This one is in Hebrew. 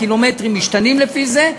הקילומטרים משתנים לפי זה.